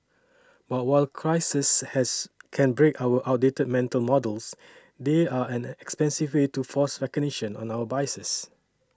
but while crises has can break our outdated mental models they are an expensive way to force recognition of our biases